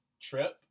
trip